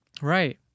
Right